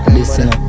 Listen